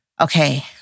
Okay